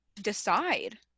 decide